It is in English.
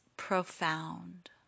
profound